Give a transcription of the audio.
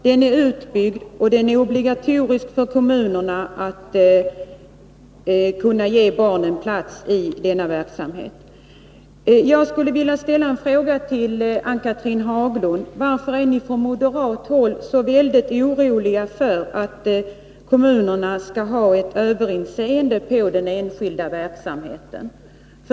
Den är utbyggd, och det är obligatoriskt för kommunerna att kunna ge barnen plats i denna verksamhet. Jag skulle vilja ställa en fråga till Ann-Cathrine Haglund. Varför är man från moderat håll så orolig för att kommunerna skall ha överinseende över den enskilda verksamheten?